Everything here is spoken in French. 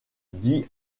dit